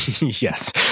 Yes